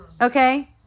Okay